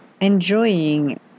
enjoying